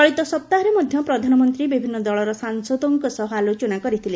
ଚଳିତ ସପ୍ତାହରେ ମଧ୍ଧ ପ୍ରଧାନମନ୍ତୀ ବିଭିନ୍ନ ଦଳର ସାଂସଦଙ୍କ ସହ ଆଲୋଚନା କରିଥିଲେ